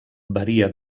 varia